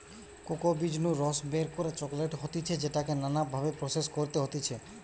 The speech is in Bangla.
কোকো বীজ নু রস বের করে চকলেট হতিছে যেটাকে নানা ভাবে প্রসেস করতে হতিছে